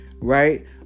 right